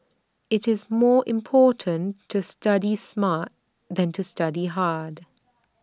IT is more important to study smart than to study hard